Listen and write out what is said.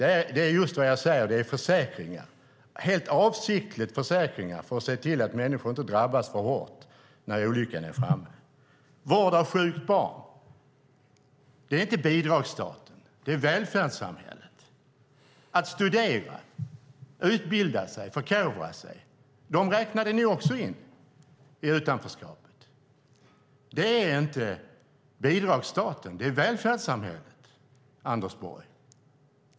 Det är just vad jag säger: Det är försäkringar. Det är helt avsiktligt försäkringar för att se till att människor inte drabbas för hårt när olyckan är framme. Vård av sjukt barn är inte bidragsstaten. Det är välfärdssamhället. De som studerar, utbildar sig och förkovrar sig räknade ni också in i utanförskapet. Det är inte bidragsstaten, utan det är välfärdssamhället, Anders Borg.